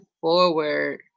forward